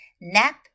Nap